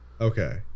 Okay